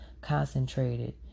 concentrated